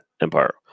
Empire